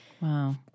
Wow